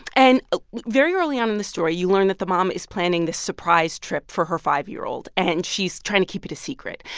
and ah very early on in this story, you learn that the mom is planning this surprise trip for her five year old, and she's trying to keep it a secret.